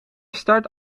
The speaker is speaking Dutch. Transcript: start